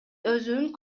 өзүнүн